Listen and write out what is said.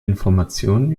informationen